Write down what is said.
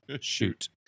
shoot